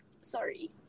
sorry